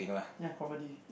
ya comedy